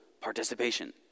participation